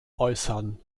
äußern